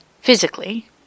Physically